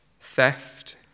theft